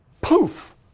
Poof